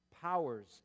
powers